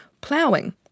Ploughing